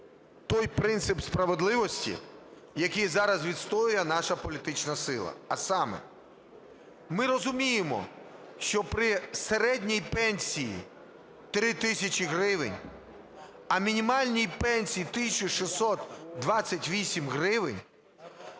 той принцип справедливості, який зараз відстоює наша політична сила. А саме: ми розуміємо, що при середній пенсії 3 тисячі гривень, а мінімальній пенсії - 1 тисячу